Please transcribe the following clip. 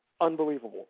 unbelievable